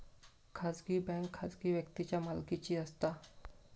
खाजगी बँक खाजगी व्यक्तींच्या मालकीची असता